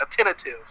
attentive